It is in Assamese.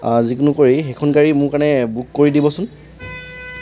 যিকোনো কৰি সেইখন গাড়ী মোৰ কাৰণে বুক কৰি দিবচোন